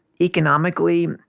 economically